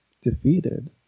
defeated